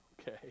Okay